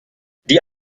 die